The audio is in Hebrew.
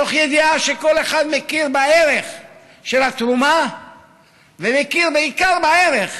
מתוך ידיעה שכל אחד מכיר בערך של התרומה ומכיר בעיקר בערך